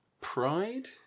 pride